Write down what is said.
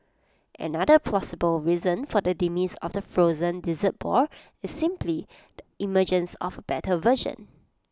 another plausible reason for the demise of the frozen dessert ball is simply the emergence of better version